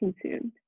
consumed